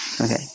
okay